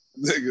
nigga